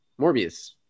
Morbius